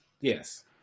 Yes